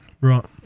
Right